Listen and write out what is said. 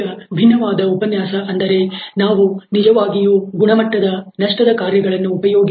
ಈಗ ಭಿನ್ನವಾದ ಉಪನ್ಯಾಸ ಅಂದರೆ ನಾವು ನಿಜವಾಗಿಯೂ ಗುಣಮಟ್ಟದ ನಷ್ಟದ ಕಾರ್ಯಗಳನ್ನು ಉಪಯೋಗಿಸಿ